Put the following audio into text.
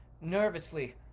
nervously